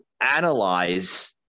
analyze